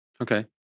Okay